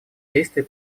действий